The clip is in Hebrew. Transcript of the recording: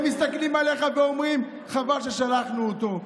הם מסתכלים עליך ואומרים: חבל ששלחנו אותו.